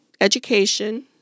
education